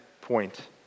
point